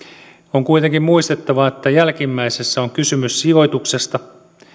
on kuitenkin muistettava että jälkimmäisessä on kysymys sijoituksesta